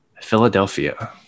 Philadelphia